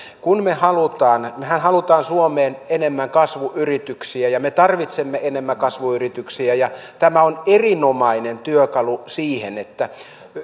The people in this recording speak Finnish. kun me haluamme mehän haluamme suomeen enemmän kasvuyrityksiä ja me tarvitsemme enemmän kasvuyrityksiä tämä on erinomainen työkalu siihen että